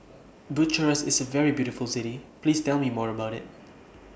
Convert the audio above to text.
Bucharest IS A very beautiful City Please Tell Me More about IT